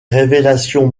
révélations